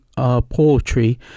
poetry